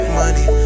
money